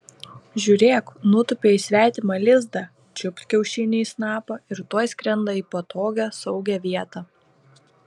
žiūrėk nutūpė į svetimą lizdą čiupt kiaušinį į snapą ir tuoj skrenda į patogią saugią vietą